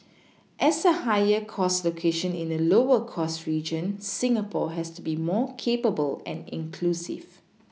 as a higher cost location in a lower cost region Singapore has to be more capable and inclusive